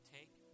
Take